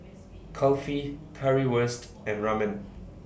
Kulfi Currywurst and Ramen